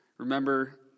Remember